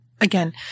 again